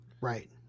Right